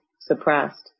suppressed